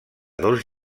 dos